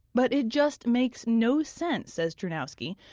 but, it just makes no sense, says drewnowski.